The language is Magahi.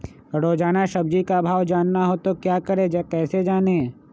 रोजाना सब्जी का भाव जानना हो तो क्या करें कैसे जाने?